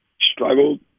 struggled